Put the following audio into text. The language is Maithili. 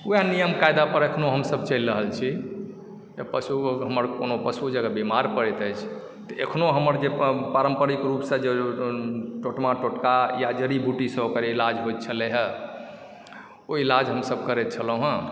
उएह नियम कायदापर एखनो हमसभ चलि रहल छी जे पशु हमर कोनो पशु जे अगर बीमार पड़ैत छै तऽ एखनो हमर जे पारम्परिक रूपसँ जे टोटमा टोटका या जे जड़ी बूटीसँ ओकर इलाज होइत छलैए ओ इलाज हमसभ करैत छलहुँ हेँ